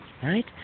Right